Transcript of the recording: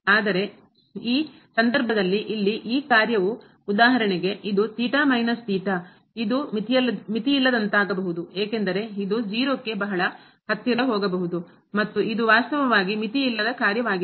ಆದರೆ ಈ ಸಂದರ್ಭದಲ್ಲಿ ಇಲ್ಲಿ ಈ ಕಾರ್ಯವು ಉದಾಹರಣೆಗೆ ಇದು ಇದು ಮಿತಿಯಿಲ್ಲದಂತಾಗಬಹುದು ಏಕೆಂದರೆ ಇದು 0 ಕ್ಕೆ ಬಹಳ ಹತ್ತಿರ ಹೋಗಬಹುದು ಮತ್ತು ಇದು ವಾಸ್ತವವಾಗಿ ಮಿತಿಯಿಲ್ಲದ ಕಾರ್ಯವಾಗಿದೆ